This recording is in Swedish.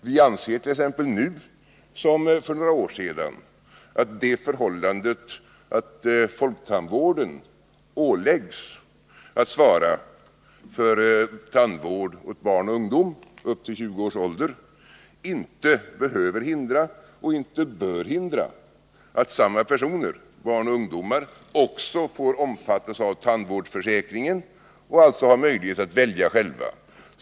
Vi anser t.ex. nu som för några år sedan att det förhållandet att folktandvården åläggs att svara för tandvård åt barn och ungdom upp till 20 års ålder inte behöver hindra och inte bör hindra att samma personer, barn och ungdomar, också får omfattas av tandvårdsförsäkringen och alltså ha möjlighet att välja själva.